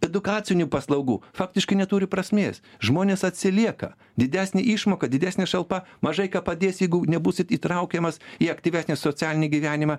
edukacinių paslaugų faktiškai neturi prasmės žmonės atsilieka didesnė išmoka didesnė šalpa mažai ką padės jeigu nebūsit įtraukiamas į aktyvesnį socialinį gyvenimą